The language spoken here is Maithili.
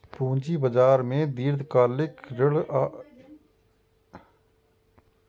पूंजी बाजार मे दीर्घकालिक ऋण आ इक्विटी समर्थित प्रतिभूति कीनल आ बेचल जाइ छै